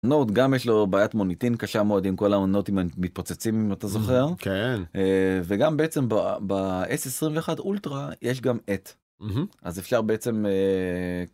נוד גם יש לו בעיית מוניטין קשה מאוד עם כל העונות מתפוצצים אם אתה זוכר וגם בעצם בCES 21 אולטרה יש גם את. אז אפשר בעצם.